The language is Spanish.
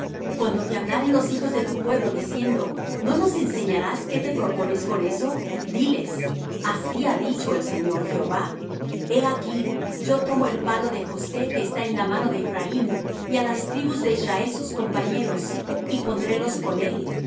cuando te hablaren los hijos de tu pueblo diciendo no nos enseñarás qué te propones con eso diles así ha dicho el señor jehová he aquí yo tomo el palo de josé que está en la mano de ephraim y á las tribus de israel sus compañeros y pondrélos con él con